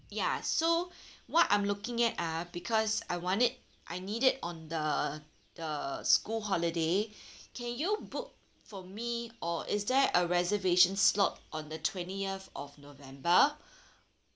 ya so what I'm looking at ah because I want it I need it on the the school holiday can you book for me or is there a reservation slot on the twentieth of november